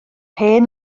hen